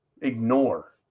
ignore